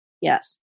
Yes